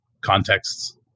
contexts